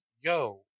Yo